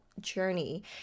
journey